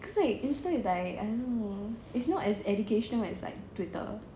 cause like it's though as like I don't know it's not as educational as like T